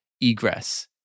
egress